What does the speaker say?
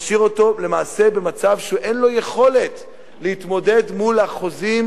במצב שאין לו יכולת להתמודד מול החוזים